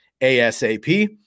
asap